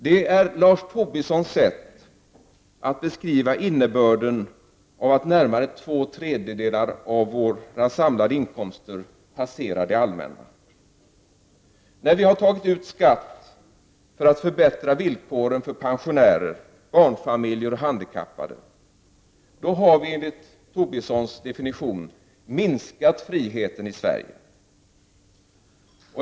Detta är Lars Tobissons sätt att beskriva innebörden av att närmare två tredjedelar av våra samhällsinkomster passerar det allmänna. När vi har tagit ut skatt för att förbättra villkoren för pensionärer, barnfamiljer och handikappade, har vi enligt Lars Tobissons definition minskat friheten i Sverige.